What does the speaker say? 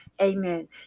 amen